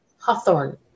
Hawthorne